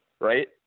right